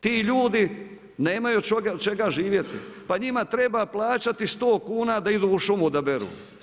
Ti ljudi nemaju od čega živjeti, pa njima treba plaćati 100 kuna da idu u šumu da beru.